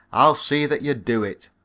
i'll see that ye do it.